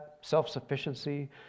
self-sufficiency